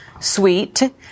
sweet